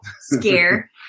Scare